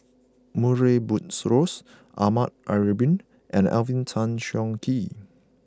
Murray Buttrose Ahmad Ibrahim and Alvin Tan Cheong Kheng